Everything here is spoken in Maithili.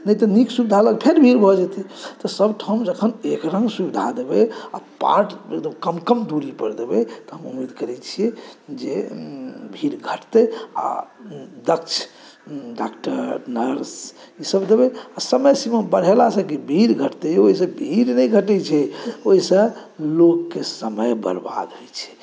नहि तऽ नीक सुविधा लग फेर भीड़ भऽ जेतै तऽ सभठाम जखन एक रङ्ग सुविधा देबै आ पार्ट कम कम दुरी पर देबै तऽ हम उम्मीद करै छी जे भीड़ घटतै आ दक्ष डॉक्टर नर्स ई सभ देबै आ समय सिमा बढ़ेलासँ की भीड़ घटतै ओहिसँ भीड़ नहि घटै छै ओहिसँ लोककेँ समय बर्बाद होइ छै